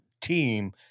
team